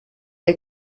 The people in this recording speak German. der